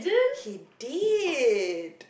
he did